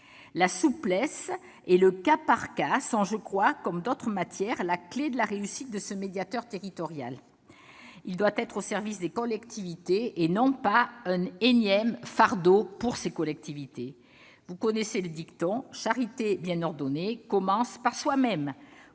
La souplesse et le cas par cas sont, je crois, comme d'autres matières la clé de la réussite de ce médiateur territorial. Celui-ci doit être au service des collectivités et non pas un énième fardeau pour elles. Vous connaissez le dicton : charité bien ordonnée commence par soi-même.